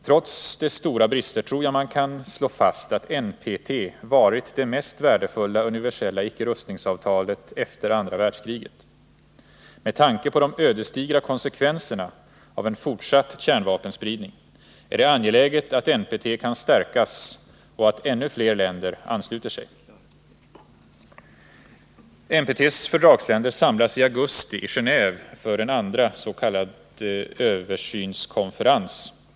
Trots dess stora brister tror jag man kan slå fast att NPT har varit det mest värdefulla universella icke-rustningsavtalet efter andra världskriget. Med tanke på de ödesdigra konsekvenserna av en fortsatt kärnvapenspridning är det angeläget att NPT kan stärkas och att ännu fler länder ansluter sig. De länder som undertecknat NPT samlas i augusti i Genåve för en andra s.k. översynskonferens.